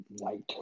light